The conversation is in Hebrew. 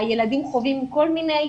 הילדים חווים כל מיני